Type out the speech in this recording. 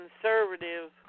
conservative